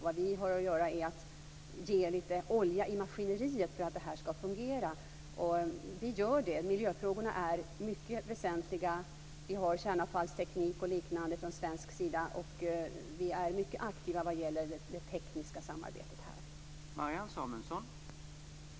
Vad vi har att göra är att hälla litet olja i maskineriet för att det hela skall fungera, och det gör vi. Miljöfrågorna är mycket väsentliga. Vi i Sverige har kärnavfallsteknik och liknande. Vi är mycket aktiva vad gäller det tekniska samarbetet här.